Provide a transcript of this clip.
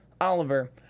Oliver